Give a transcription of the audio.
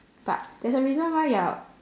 but there's a reason why you're